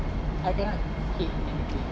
I cannot skate anything